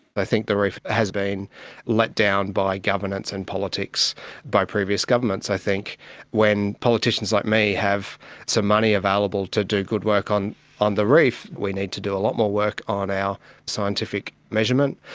i think the reef has been let down by governance and politics by previous governments. i think when politicians like me have some money available to do good work on on the reef, we need to do a lot more work on our scientific measurement,